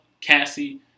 Cassie